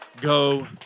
go